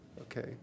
okay